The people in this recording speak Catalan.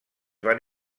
van